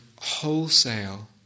wholesale